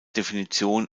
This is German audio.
definition